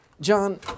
John